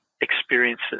experiences